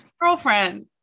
girlfriend